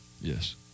Yes